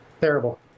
Terrible